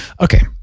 Okay